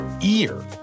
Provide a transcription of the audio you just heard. ear